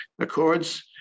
accords